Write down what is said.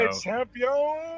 Champion